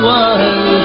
one